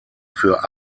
für